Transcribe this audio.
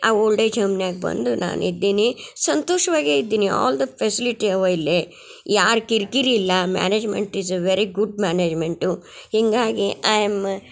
ಆ old age ಹೋಮ್ನ್ಯಾಗ್ ಬಂದು ನಾನಿದ್ದೀನಿ ಸಂತೋಷ್ವಾಗೆ ಇದ್ದೀನಿ ಆಲ್ ದ ಫೆಸಿಲಿಟಿ ಅವ ಇಲ್ಲೆ ಯಾರ ಕಿರಿಕಿರಿ ಇಲ್ಲ management is a very good management ಹಿಂಗಾಗಿ ಐ ಆ್ಯಮ್